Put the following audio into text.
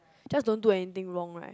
just don't do anything wrong right